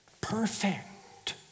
perfect